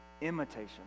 imitation